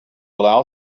allow